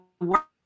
work